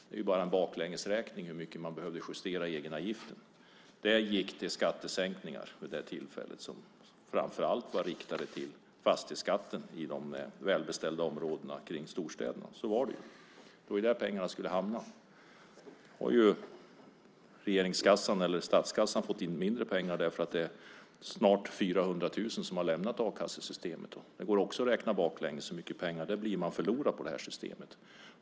Det är bara en baklängesräkning hur mycket man behövde justera egenavgiften. Vid det tillfället gick det till skattesänkningar som framför allt var riktade till fastighetsskatten i de välbeställda områdena kring storstäderna. Så var det ju. Det var där pengarna skulle hamna. Nu har statskassan fått in mindre pengar eftersom snart 400 000 har lämnat a-kassesystemet. Det går också att räkna baklänges hur mycket pengar man förlorar på det här systemet.